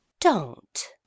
Don't